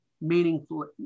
meaningfully